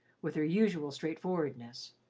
with her usual straightforwardness.